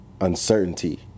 uncertainty